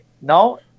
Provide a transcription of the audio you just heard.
no